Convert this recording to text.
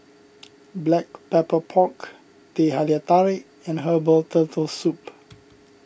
Black Pepper Pork Teh Halia Tarik and Herbal Turtle Soup